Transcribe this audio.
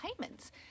payments